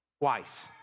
twice